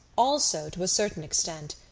also to a certain extent,